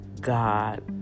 God